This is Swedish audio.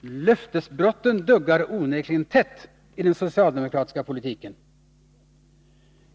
Löftesbrotten duggar onekligen tätt i den socialdemokratiska politiken.